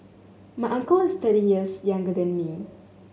my uncle is thirty years younger than me